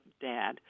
dad